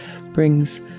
brings